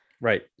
right